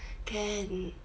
can